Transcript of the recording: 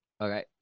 Okay